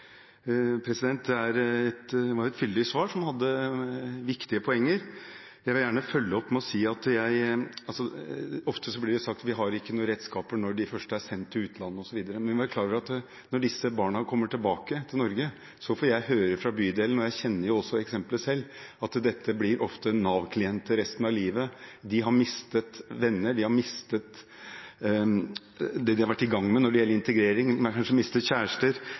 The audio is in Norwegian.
Det var et fyldig svar, som hadde viktige poenger. Jeg vil gjerne følge opp med å si at ofte blir det sagt at vi ikke har noen redskaper når de først er sendt til utlandet, osv. Men vi må være klar over at når disse barna kommer tilbake til Norge – det får jeg høre fra bydelene, og jeg kjenner også til eksempler selv – blir de ofte Nav-klienter resten av livet. De har mistet venner, de har mistet det de var i gang med når det gjelder integrering, de har kanskje mistet kjærester